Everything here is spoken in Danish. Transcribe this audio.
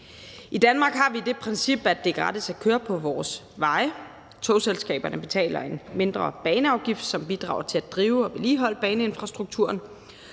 I Danmark har vi det princip, at det er gratis at køre på vores veje. Togselskaberne betaler en mindre baneafgift, som bidrager til at drive og vedligeholde baneinfrastrukturen.